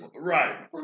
Right